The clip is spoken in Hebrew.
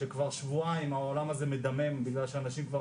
שכבר שבועיים העולם הזה מדמם מפני שאנשים כבר